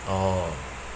orh